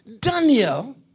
Daniel